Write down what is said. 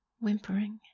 whimpering